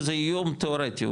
שזה איום תיאורטי,